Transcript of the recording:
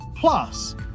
Plus